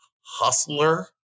hustler